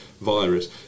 virus